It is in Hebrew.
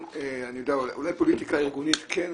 אולי פוליטיקה ארגונית כן קצת,